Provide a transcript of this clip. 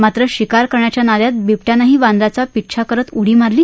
मात्र शिकार करण्याच्या नादात बिबट्यानेही वानराचा पिच्छा करीत उडी मारली